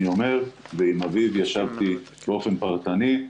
אני אומר ועם אביב ישבתי באופן פרטני,